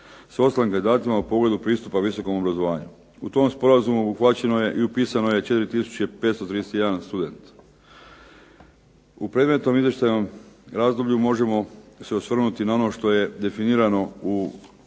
S ostalim kandidatima u pogledu pristupa visokom obrazovanju. U tom sporazumu obuhvaćeno je i upisano je 4531 student. U predmetnom izvještajnom razdoblju možemo se osvrnuti na ono što je definirano u ovom